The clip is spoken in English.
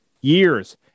years